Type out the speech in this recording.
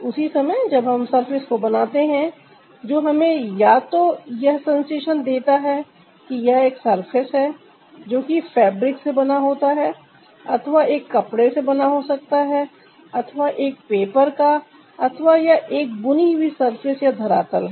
उसी समय जब हम सर्फेस को बनाते हैं जो हमें या तो यह सेंसेशन देता है कि यह एक सरफेस है जो कि फैब्रिक से बना होता है अथवा एक कपड़े से बना हो सकता है अथवा एक पेपर का अथवा या एक बुनी हुई सरफेस या धरातल है